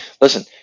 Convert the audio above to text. listen